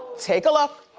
take a look.